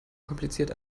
kompliziert